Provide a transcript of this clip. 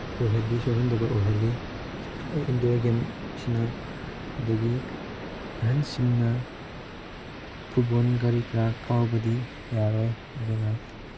ꯑꯣꯏꯍꯜꯂꯤ ꯁꯣꯛꯍꯟꯗꯕ ꯑꯣꯏꯍꯜꯂꯤ ꯏꯟꯗꯣꯔ ꯒꯦꯝꯁꯤꯅ ꯑꯗꯒꯤ ꯑꯍꯟꯁꯤꯡꯅ ꯐꯨꯠꯕꯣꯜ ꯀꯔꯤ ꯀꯔꯥ ꯀꯥꯎꯕꯗꯤ ꯌꯥꯔꯣꯏ ꯑꯗꯨꯅ